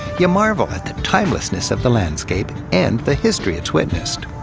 you marvel at the timelessness of the landscape and the history it's witnessed.